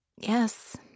Yes